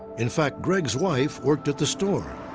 in fact, greg's wife worked at the store.